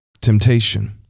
temptation